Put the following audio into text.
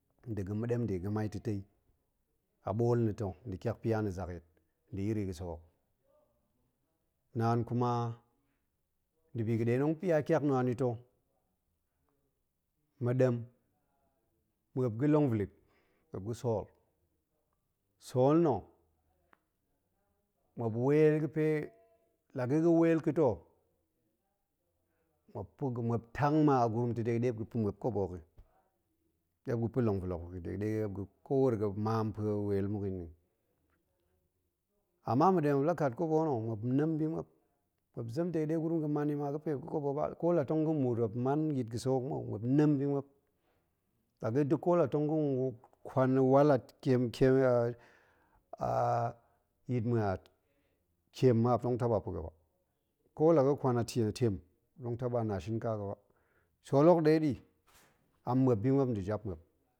Nda̱ ga̱ nda̱ ɗem de ga̱mai ta̱tei, a ɓool na̱ ta̱ nda̱ nda̱ tyakpya na̱ zakyit nda̱ iri ga̱sek hok. Naan kuma nda̱ bi ga̱ɗe tong pya tyak na̱ anita̱ ma̱ɗem, muop ga̱longuilip muop ga̱sool, sool nna̱ muop weel ga̱pe la ga̱ ga̱ weel ka̱a̱l ho, muop pa̱ga̱ muop tang ma a gurum dega ɗe muop ga̱pa̱ muop kobo hok yi ɗe muop pa̱ muop kobo hok yi, ɗe muop pa̱ muop longvilip hok yi, ama ma̱ɗem moup la kat kobo nna, muop nem bi muop, muop zem dega̱ ɗe guru, ga̱man yi ma ga̱pe muop ga̱ kobo yi ba, ko la tong ga̱n muut, muop man yit ga̱sek hok mou, muop nem bi muop, la ga̱ da̱ ko la tong ga̱n nkwan, wal a tiem tiem a yit mu a tiem ma, muop tong taba̱ pa̱ ga̱ba, ko la ga̱ kwan a tiem tiem, muop tong taɗa nashin ka ba, sool ho nɗe ɗi mmuop bi muop nda̱ jap muop.